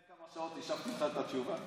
לפני כמה שעות השבתי לך את התשובה.